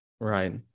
Right